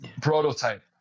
Prototype